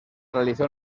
realizó